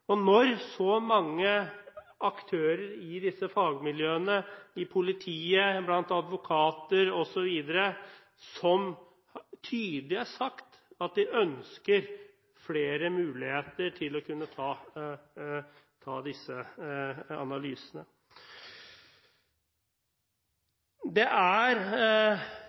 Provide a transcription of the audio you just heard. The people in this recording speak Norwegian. og når så mange aktører i disse fagmiljøene, i politiet, blant advokater osv., tydelig har sagt at de ønsker flere muligheter til å kunne ta disse analysene. Det er